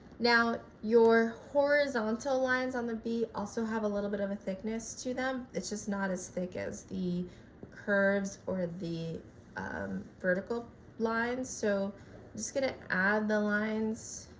now your horizontal lines on the b also have a little bit of a thickness to them it's just not as thick as the curves or the vertical lines, so i'm just going to add the lines